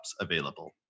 available